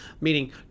meaning